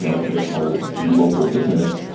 you know a traditional local business.